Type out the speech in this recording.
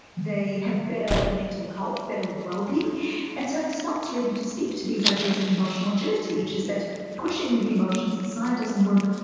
they have better mental health, better well-being and so it starts really to speak to these ideas of emotional agility, which is that pushing the emotions aside doesn't work.